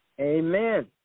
Amen